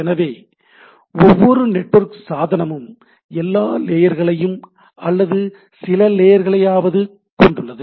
எனவே ஒவ்வொரு நெட்வொர்க் சாதனமும் எல்லா லேயர்களையும் அல்லது சில லேயர்களையாவது கொண்டுள்ளது